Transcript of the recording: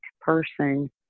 person